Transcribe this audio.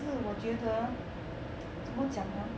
我觉得怎么讲啊